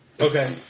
Okay